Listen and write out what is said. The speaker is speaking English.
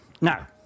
Now